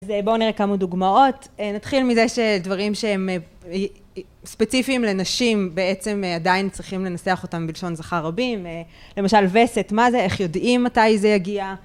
אז בואו נראה כמה דוגמאות, נתחיל מזה שדברים שהם ספציפיים לנשים בעצם עדיין צריכים לנסח אותם בלשון זכר רבים, למשל וסת מה זה, איך יודעים מתי זה יגיע